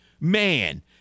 man